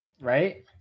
Right